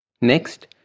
Next